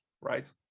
Right